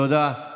תודה.